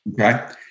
Okay